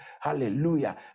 Hallelujah